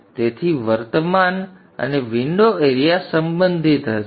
તેથી વર્તમાન અને વિંડો એરીયા સંબંધિત થશે